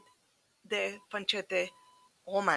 מבחר מכתביו Le Pied de Fanchette, רומן,